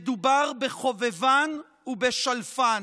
מדובר בחובבן ובשלפן,